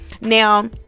now